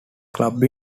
club